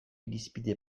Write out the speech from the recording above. irizpide